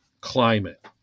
climate